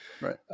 Right